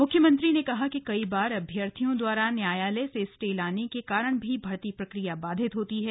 मुख्यमंत्री ने कहा कि कई बार अभ्यर्थियों द्वारा न्यायालय से स्टे लाने के कारण भी भर्ती प्रक्रिया बाधित होती है